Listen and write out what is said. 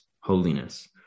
holiness